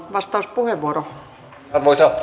arvoisa puhemies